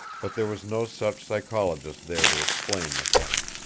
but there was no such psychologist there to explain the thing.